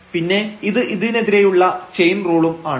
പിന്നെ ഇത് ഇതിനെതിരെയുള്ള ചെയിൻ റൂളും ആണ്